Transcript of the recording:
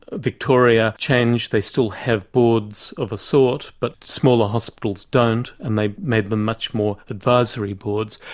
victoria changed, they still have boards of a sort, but smaller hospitals don't, and they've made them much more advisory boards.